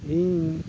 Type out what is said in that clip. ᱤᱧ